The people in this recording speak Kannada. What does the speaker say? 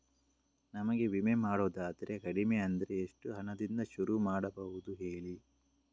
ನಮಗೆ ವಿಮೆ ಮಾಡೋದಾದ್ರೆ ಕಡಿಮೆ ಅಂದ್ರೆ ಎಷ್ಟು ಹಣದಿಂದ ಶುರು ಮಾಡಬಹುದು ಹೇಳಿ